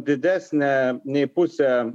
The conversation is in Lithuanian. didesnę nei pusę